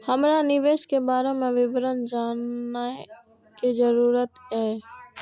हमरा निवेश के बारे में विवरण जानय के जरुरत ये?